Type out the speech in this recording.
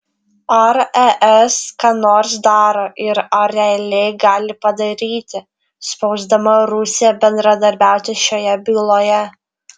ar es ką nors daro ir ar realiai gali padaryti spausdama rusiją bendradarbiauti šioje byloje